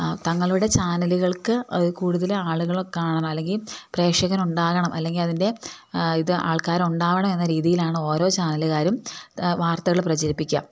തങ്ങളുടെ ചാനലുകൾക്ക് കൂടുതൽ ആളുകളെയൊക്ക കാണണം അല്ലെങ്കിൽ പ്രേക്ഷകൻ ഉണ്ടാകണം അല്ലെങ്കിൽ അതിൻ്റെ ഇത് ആൾക്കാരുണ്ടാവണം എന്ന രീതിയിലാണ് ഓരോ ചാനലുകാരും വാർത്തകൾ പ്രചരിപ്പിക്കുക